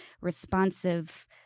responsive